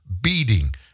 beating